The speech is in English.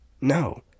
no